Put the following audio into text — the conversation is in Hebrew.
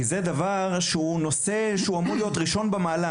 כי זה נושא שאמור להיות ראשון במעלה.